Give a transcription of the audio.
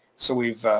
so we've